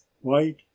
white